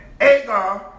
Agar